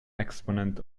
exponent